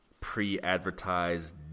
pre-advertised